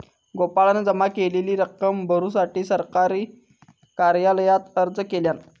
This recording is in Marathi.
गोपाळान जमा केलेली रक्कम भरुसाठी सरकारी कार्यालयात अर्ज केल्यान